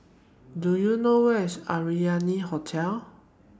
Do YOU know Where IS Arianna Hotel